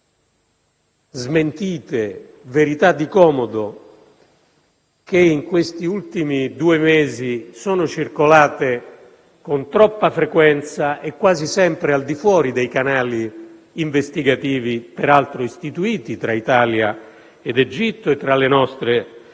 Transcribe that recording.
smentite e verità di comodo che in questi ultimi due mesi sono circolate con troppa frequenza e quasi sempre al di fuori dei canali investigativi, peraltro istituiti tra Italia ed Egitto e tra le nostre autorità